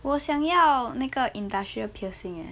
我想要那个 industrial piercing eh